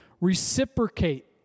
reciprocate